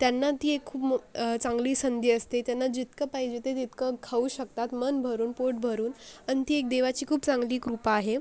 त्यांना ती खूप मो एक चांगली संधी असते त्यांना जितकं पाहिजे ते तितकं खाऊ शकतात मन भरून पोट भरून आणि ती एक देवाची खूप चांगली कृपा आहे